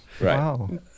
Wow